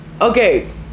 Okay